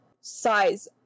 size